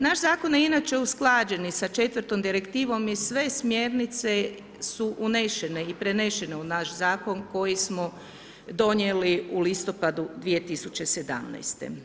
Naš zakon je inače usklađen i sa 4.-tom direktivom i sve smjernice su unesene i prenesene u naš zakon koji smo donijeli u listopadu 2017.